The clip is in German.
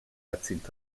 erzielt